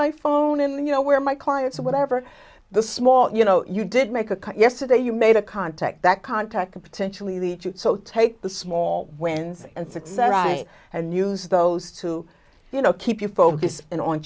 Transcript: my phone and you know where my clients or whatever the small you know you did make a cut yesterday you made a contact that contact could potentially so take the small wins and six and i and use those to you know keep you focused in on